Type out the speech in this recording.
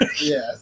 Yes